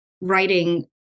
writing